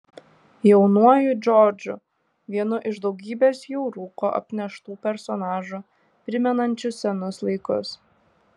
jaunuoju džordžu vienu iš daugybės jau rūko apneštų personažų primenančių senus laikus